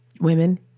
women